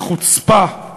לחוצפה.